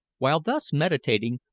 while thus meditating,